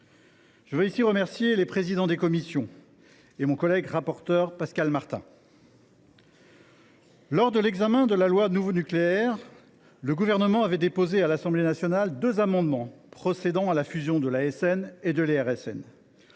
autres. Je remercie MM. les présidents de commission et M. le rapporteur Pascal Martin. Lors de l’examen de la loi Nouveau nucléaire, le Gouvernement avait déposé à l’Assemblée nationale deux amendements visant à fusionner l’ASN et l’IRSN.